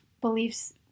beliefs